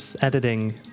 editing